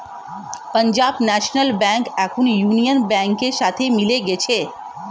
Punjab national bank এখন union ব্যাংকের সাথে মিলে গেছে